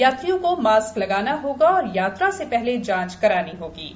यात्रियों को मास्क लगाना होगा और यात्रा से पहले जांच करानी हो गी